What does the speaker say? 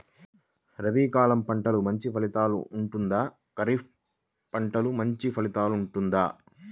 రబీ కాలం పంటలు మంచి ఫలితాలు ఉంటుందా? ఖరీఫ్ పంటలు మంచి ఫలితాలు ఉంటుందా?